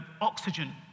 oxygen